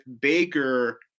Baker